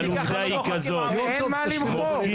אבל העובדה היא כזאת --- אין מה למחוק.